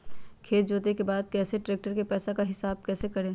खेत जोते के बाद कैसे ट्रैक्टर के पैसा का हिसाब कैसे करें?